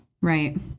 Right